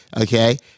okay